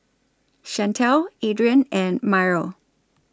Shantel Adrain and Myrl